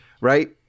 right